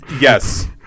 Yes